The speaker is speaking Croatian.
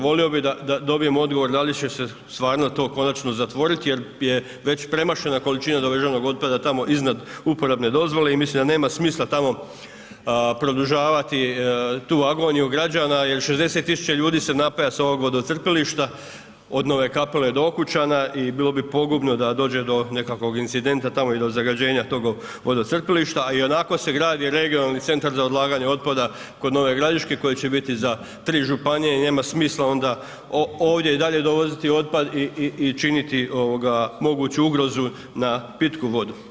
Volio bih da dobijemo odgovor da li će se stvarno to konačno zatvoriti jer je već premašena količina doveženog otpada tamo iznad uporabne dozvole i mislim da nema smisla tamo produžavati tu agoniju građana jer 60 tisuća ljudi se napaja s ovog vodocrpilišta, od Nove Kapele do Okučana i bilo bi pogubno da dođe do nekakvog incidenta tamo i do zagađenja tog vodocrpilišta, a ionako se gradi regionalni centar za odlaganje otpada kod Nove Gradiške koje će biti za 3 županije i nema smisla onda ovdje i dalje dovoziti otpad i činiti moguću ugrozu na pitku vodu.